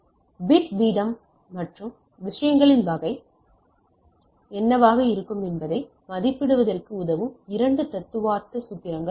எனவே பிட் வீதம் மற்றும் விஷயங்களின் வகை என்னவாக இருக்கும் என்பதை மதிப்பிடுவதற்கு உதவும் 2 தத்துவார்த்த சூத்திரங்கள் உள்ளன